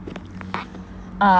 ah